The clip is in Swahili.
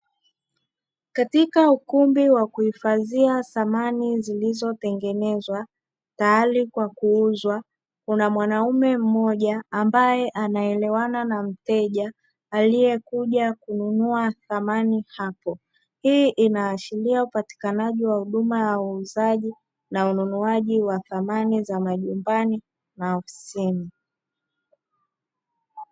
Katika ukumbi wa kihifadhia thamani zilizotengenezwa tayari kwa kuuza kuna kuna mwanamume mmoja ambaye anaelewana na mteja aliyekuja kununua samani hapo, hii inaashiria upatikanaji wa huduma ya uuzaji na ununuaji wa thamani nyumbani na maofisini.